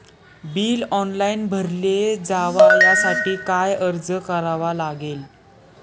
Bill online भरले जावे यासाठी काय अर्ज करावा लागेल?